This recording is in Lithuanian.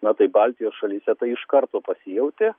na tai baltijos šalyse tai iš karto pasijautė